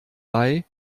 bei